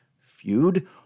feud